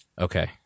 Okay